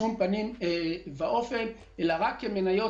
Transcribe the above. בשום פנים ואופן לא שותפות בניהול,